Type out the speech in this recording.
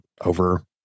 over